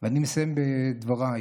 ואני מסיים את דבריי.